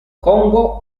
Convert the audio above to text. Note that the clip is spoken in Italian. congo